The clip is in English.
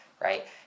right